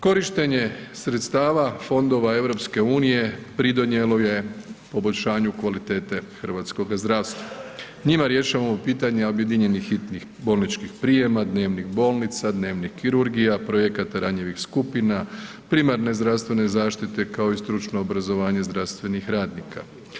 Korištenje sredstava Fondova EU pridonijelo je poboljšanju kvalitete hrvatskoga zdravstva, njima rješavamo pitanje objedinjenih hitnih bolničkih prijema, dnevnih bolnica, dnevnih kirurgija, projekata ranjivih skupina, primarne zdravstvene zaštite, kao i stručno obrazovanje zdravstvenih radnika.